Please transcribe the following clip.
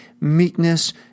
meekness